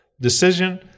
decision